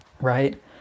right